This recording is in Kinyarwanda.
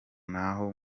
ntaho